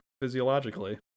physiologically